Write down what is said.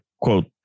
quote